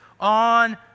on